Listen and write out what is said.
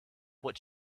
what